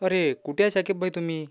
अरे कुठे आहे साकीब भाई तुम्ही